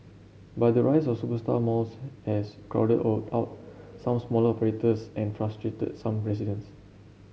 but the rise of superstar malls has crowded out some smaller operators and frustrated some residents